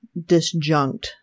disjunct